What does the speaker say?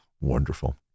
wonderful